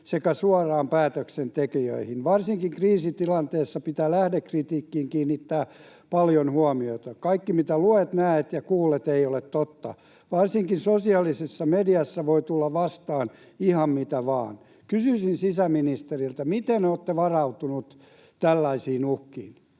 sekä suoraan päätöksentekijöihin. Varsinkin kriisitilanteessa pitää lähdekritiikkiin kiinnittää paljon huomiota. Kaikki, mitä luet, näet ja kuulet, ei ole totta. Varsinkin sosiaalisessa mediassa voi tulla vastaan ihan mitä vain.” Kysyisin sisäministeriltä: miten olette varautunut tällaisiin uhkiin?